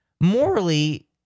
morally